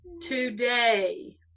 today